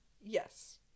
yes